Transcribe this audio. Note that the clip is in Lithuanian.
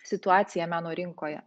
situacija meno rinkoje